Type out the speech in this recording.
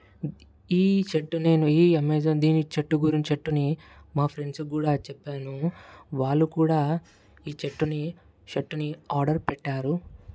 ఈ షర్ట్ నేను ఈ అమెజాన్ దీని షర్ట్ గురించి షర్ట్ని మా ఫ్రెండ్స్కి కూడా చెప్పాను వాళ్ళు కూడా ఈ షర్ట్ని షర్ట్ని ఆర్డర్ పెట్టారు